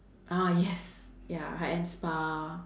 ah yes ya high end spa